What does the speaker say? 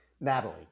Natalie